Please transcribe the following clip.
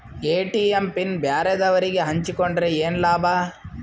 ATM PIN ಬ್ಯಾರೆದವರಗೆ ಹಂಚಿಕೊಂಡರೆ ಏನು ಲಾಭ?